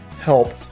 help